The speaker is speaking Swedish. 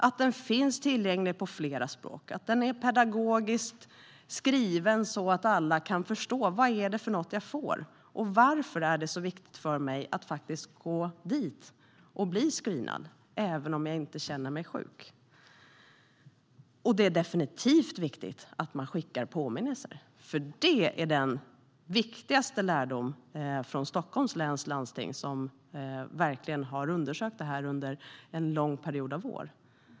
Den ska finnas tillgänglig på flera språk, och den ska vara pedagogiskt skriven så att alla kan förstå vad det är för något de får och varför det är så viktigt att gå dit och bli screenad även om de inte känner sig sjuka. Det är definitivt också viktigt att man skickar påminnelser. Det är den viktigaste lärdomen från Stockholms läns landsting, som verkligen har undersökt detta under en lång period av år.